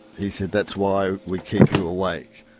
he said, that's why we keep you awake.